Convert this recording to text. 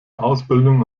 ausbildung